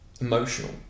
emotional